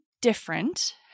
different